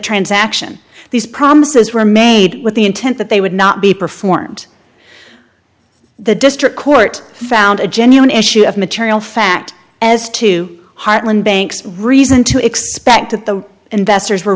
transaction these promises were made with the intent that they would not be performed the district court found a genuine issue of material fact as to hartland banks reason to expect that the investors were